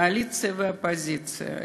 קואליציה ואופוזיציה,